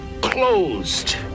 closed